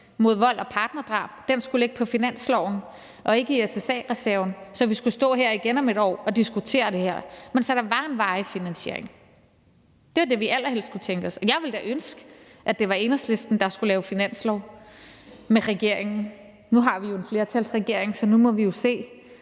mod vold og partnerdrab skulle ligge på finansloven og ikke i SSA-reserven, så vi ikke skulle stå her igen om et år og diskutere det her, men så der var en varig finansiering. Det var det, vi allerhelst kunne tænke os. Og jeg ville da ønske, at det var Enhedslisten, der skulle lave finanslov med regeringen. Nu har vi jo en flertalsregering, så nu må vi se,